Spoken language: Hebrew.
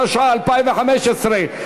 התשע"ה 2015,